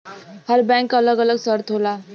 हर bank के अलग अलग शर्त होला